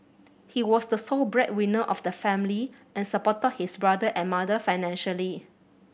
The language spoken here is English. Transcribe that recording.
he was the sole breadwinner of the family and supported his brother and mother financially